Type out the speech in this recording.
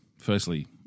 Firstly